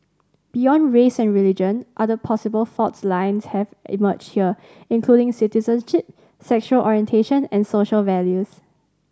beyond race and religion other possible fault lines have emerged here including citizenship sexual orientation and social values